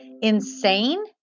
insane